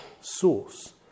source